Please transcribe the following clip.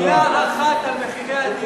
מילה אחת על מחירי הדיור.